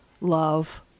love